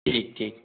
ठीक ठीक